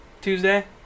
Tuesday